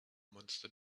monster